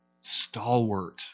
stalwart